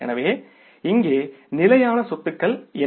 எனவே இங்கே நிலையான சொத்துக்கள் என்ன